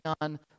on